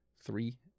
Three